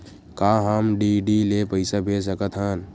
का हम डी.डी ले पईसा भेज सकत हन?